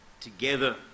together